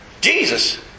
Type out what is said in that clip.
Jesus